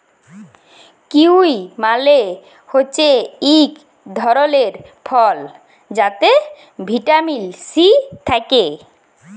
kiwi মালে হছে ইক ধরলের ফল যাতে ভিটামিল সি থ্যাকে